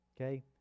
okay